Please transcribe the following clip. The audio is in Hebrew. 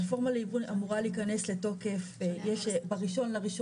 הרפורמה לייבוא להיכנס לתוקף ב-1 בינואר